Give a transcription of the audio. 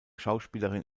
schauspielerin